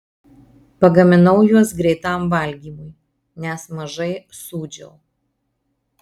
pagaminau juos greitam valgymui nes mažai sūdžiau